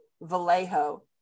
Vallejo